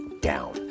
down